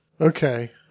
Okay